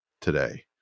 today